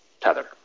Tether